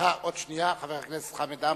חבר הכנסת חמד עמאר,